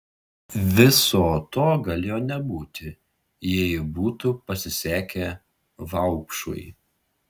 viso to galėjo nebūti jei būtų pasisekę vaupšui